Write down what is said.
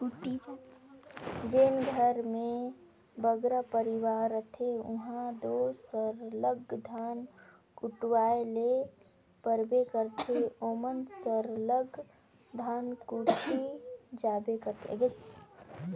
जेन घर में बगरा परिवार रहथें उहां दो सरलग धान कुटवाए ले परबे करथे ओमन सरलग धनकुट्टी जाबे करथे